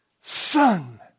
son